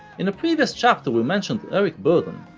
in a previous chapter we mentioned eric burdon,